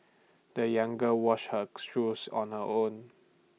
the young girl washed her shoes on her own